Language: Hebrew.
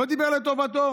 לא דיבר לטובתו.